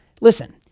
Listen